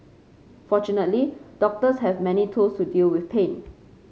fortunately doctors have many tools to deal with pain